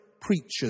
preachers